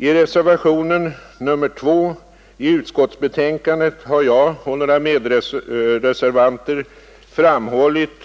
I reservationen 2 i utskottsbetänkandet har jag och några medreservanter framhållit: